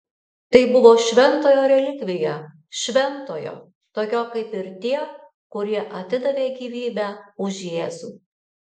tai buvo šventojo relikvija šventojo tokio kaip ir tie kurie atidavė gyvybę už jėzų